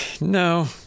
No